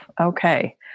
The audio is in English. okay